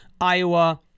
Iowa